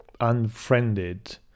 unfriended